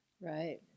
Right